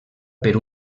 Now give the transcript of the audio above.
per